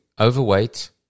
overweight